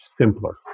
simpler